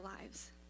lives